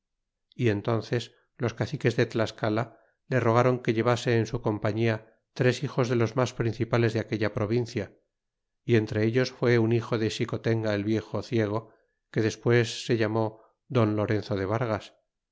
y entnces los caciques de tlascala le rogaron que llevase en su compañia tres hijos de los mas principales de aquella provincia y entre ellos fué un hijo de xicotenga el viejo ciego que despues se llamó don lorenzo de vargas